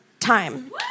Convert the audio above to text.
Time